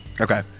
Okay